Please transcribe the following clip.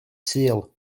sul